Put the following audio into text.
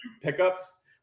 pickups